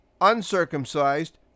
Uncircumcised